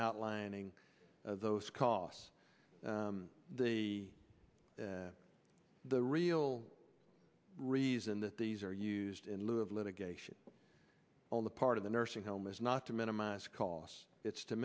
outlining those costs the the real reason that these are used in lieu of litigation on the part of the nursing home is not to minimize costs it's to